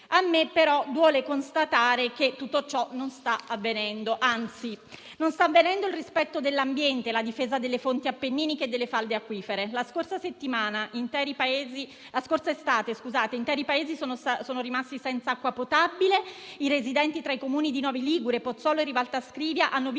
a me, però, duole constatare che tutto ciò non sta avvenendo, anzi. Non stanno avvenendo né il rispetto dell'ambiente, né la difesa delle fonti appenniniche e delle falde acquifere. La scorsa estate interi paesi sono rimasti senza acqua potabile, i residenti tra i Comuni di Novi Ligure, Pozzolo Formigaro e Rivalta Scrivia hanno visto